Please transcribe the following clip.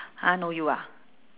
!huh! no you ah